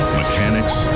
mechanics